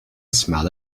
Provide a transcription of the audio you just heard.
smell